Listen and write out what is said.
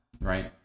right